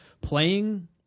playing